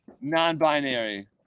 non-binary